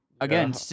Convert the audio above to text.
again